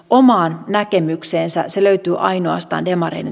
omaan näkemykseensä se löytyy ainoastaan demarin